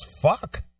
fuck